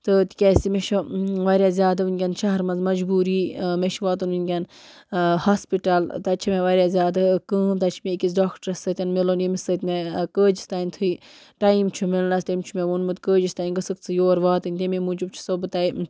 تہٕ تِکیٛازِ مےٚ چھِ واریاہ زیادٕ وٕنۍکٮ۪ن شہرٕ منٛز مجبوٗری مےٚ چھِ واتُن وٕنۍکٮ۪ن ہاسپِٹَل تَتہِ چھِ مےٚ واریاہ زیادٕ کٲم تَتہِ چھِ مےٚ أکِس ڈاکٹرس سۭتۍ مِلُن ییٚمِس سۭتۍ مےٚ کٲجِس تام تھٔے ٹایِم چھُ مِلنَس تٔمۍ چھُ مےٚ ووٚنمُت کٲجَس تام گٔژھکھ ژٕ یور واتٕنۍ تَمی موجوٗب چھُسو بہٕ تۄہہِ